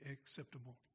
acceptable